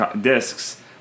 discs